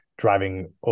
driving